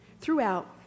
Throughout